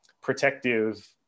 protective